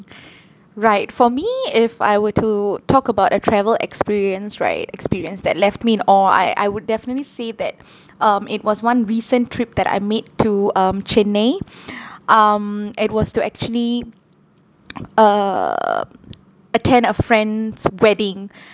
right for me if I were to talk about a travel experience right experience that left me in awe I I would definitely say that um it was one recent trip that I made to um chennai um it was to actually uh attend a friend's wedding